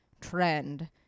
trend